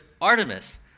Artemis